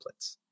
templates